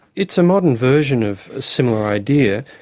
it's a modern version of a similar idea.